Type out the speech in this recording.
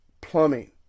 plumbing